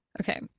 okay